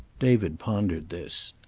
david pondered this.